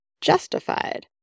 justified